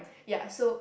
ya so